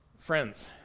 friends